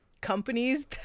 companies